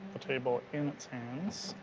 the table in its hands.